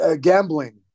gambling